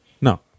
No